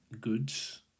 goods